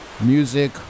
music